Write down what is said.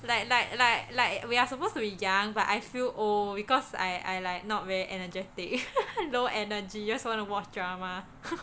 like like like like we are supposed to be young but I feel oh because I I like not very energetic low energy you just wanna watch drama